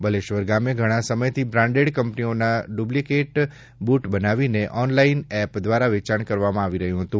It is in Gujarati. બલેશ્વર ગામે ઘણા સમયથી બ્રાન્ડેડ કંપનીઓના ડુપ્લેકેટ શુઝ બનાવીને ઓનલાઈન એપ દ્વારા વેચાણ કરવામાં આવી રહ્યું હતું